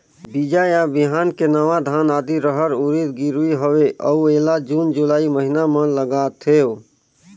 बीजा या बिहान के नवा धान, आदी, रहर, उरीद गिरवी हवे अउ एला जून जुलाई महीना म लगाथेव?